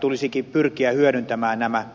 tulisikin pyrkiä hyödyntämään nämä